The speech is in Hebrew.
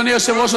אדוני היושב-ראש,